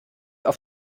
auf